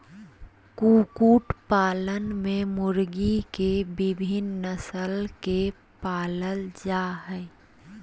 कुकुट पालन में मुर्गी के विविन्न नस्ल के पालल जा हई